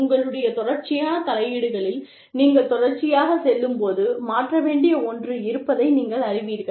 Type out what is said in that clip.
உங்களுடைய தொடர்ச்சியான தலையீடுகளில் நீங்கள் தொடர்ச்சியாக செல்லும் போது மாற்ற வேண்டிய ஒன்று இருப்பதை நீங்கள் அறிவீர்கள்